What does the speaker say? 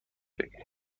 بگیریم